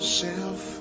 self